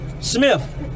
Smith